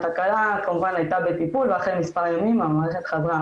התקלה כמובן הייתה בטיפול ואחרי מספר ימים המערכת חזרה,